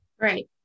Right